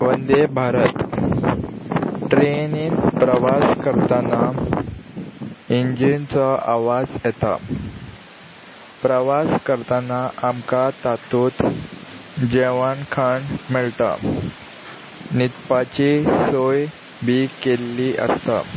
वंदे भारत ट्रेनीन प्रवास करतना इंजिनचो आवाज येता प्रवास करतना आमकां तातूंत जेवण खाण मेळटा न्हिदपाची सोय बी केल्ली आसता